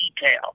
detail